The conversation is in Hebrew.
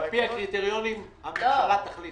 על פי הקריטריונים הממשלה תחליט מה לתת.